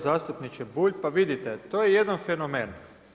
Zastupniče Bulj, pa vidite to je jedan fenomen.